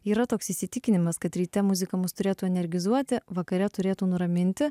yra toks įsitikinimas kad ryte muzika mus turėtų energizuoti vakare turėtų nuraminti